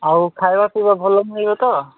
ଆଉ ଖାଇବା ପିଇବା ଭଲ ମିଳିବ ତ